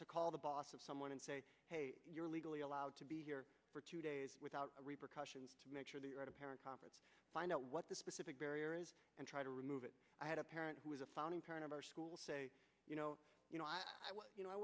to call the boss of someone and say hey you're legally allowed to be here for two days without repercussions to make sure that you're at a parent conference find out what the specific barrier is and try to remove it i had a parent who was a founding parent of our school say you know i was you know i